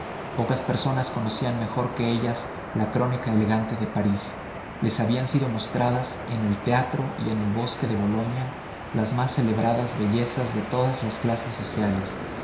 pocas personas conocían mejor que ellas la crónica elegante de parís les habían sido mostradas en el teatro y en el bosque de boloña las más celebradas bellezas de todas las clases sociales